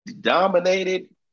dominated